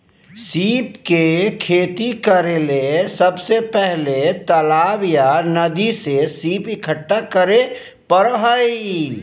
सीप के खेती करेले सबसे पहले तालाब या नदी से सीप इकठ्ठा करै परो हइ